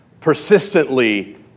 persistently